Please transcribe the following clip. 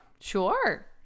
Sure